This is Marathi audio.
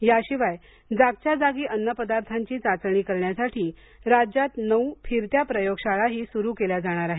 याशिवाय जागच्या जागी अन्नपदार्थांची चाचणी करण्यासाठी राज्यात नऊ फिरत्या प्रयोगशाळाही सुरू केल्या जाणार आहेत